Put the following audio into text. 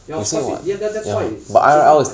ya of course ya ya that's why I don't like